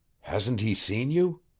hasn't he seen you?